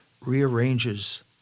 rearranges